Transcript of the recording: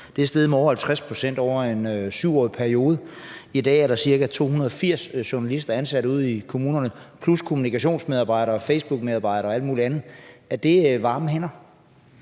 er steget med over 50 pct. over en 7-årig periode. I dag er der ca. 280 journalister ansat ude i kommunerne plus kommunikationsmedarbejdere og Facebookmedarbejdere og alt muligt andet. Er det varme hænder?